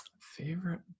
Favorite